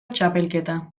txapelketa